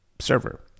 server